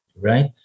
right